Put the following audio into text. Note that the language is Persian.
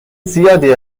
زیادی